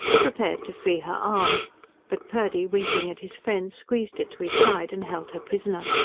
prepared to free her arm but purdy, winking at his friend, squeezed it to his side and held her prisoner.